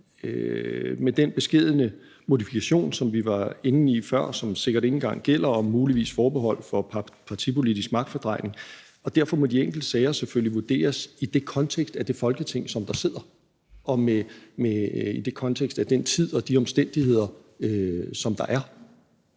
med den beskedne modifikation, som vi var inde på før, og som sikkert ikke engang gælder, om et muligt forbehold for partipolitisk magtfordrejning. Derfor må de enkelte sager selvfølgelig vurderes i den kontekst af det Folketing, som sidder, og i kontekst af den tid og de omstændigheder, som der er.